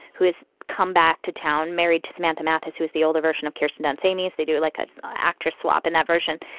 who has come back to town, married to samantha mathis, who is the older version of kirsten dunst amys, they do like the actress swap in that version.